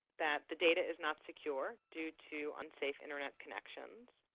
that the data is not secure, due to unsafe internet connections.